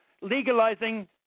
legalizing